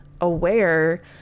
aware